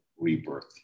rebirth